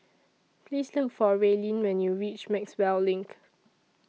Please Look For Raelynn when YOU REACH Maxwell LINK